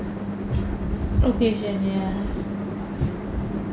occasion ya